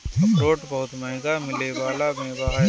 अखरोट बहुते मंहगा मिले वाला मेवा ह